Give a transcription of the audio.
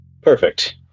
Perfect